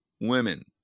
women